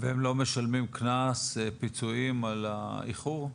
והם לא משלמים קנס פיצויים על האיחור,